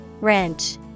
wrench